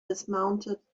dismounted